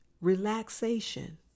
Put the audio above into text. relaxation